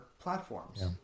platforms